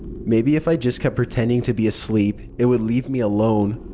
maybe if i just kept pretending to be asleep, it would leave me alone.